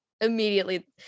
immediately